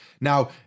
Now